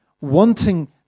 wanting